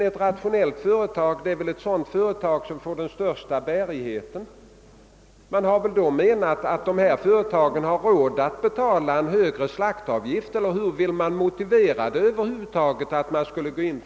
Ett rationellt företag är väl ett sådant som har den största bärigheten. Man anser alltså att dessa företag har råd att betala en högre slaktavgift, eller hur vill man över huvud taget motivera en differentiering?